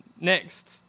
Next